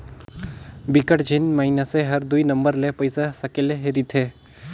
बिकट झिन मइनसे मन हर दुई नंबर ले पइसा सकेले रिथे